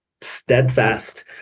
steadfast